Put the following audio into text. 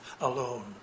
alone